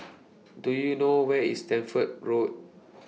Do YOU know Where IS Stamford Road